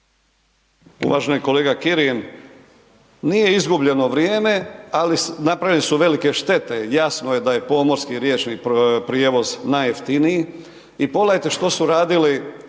Uvaženi kolega Kirin, nije izgubljeno vrijeme, ali napravljene su velike štete i jasno je da je pomorski riječni prijevoz najjeftiniji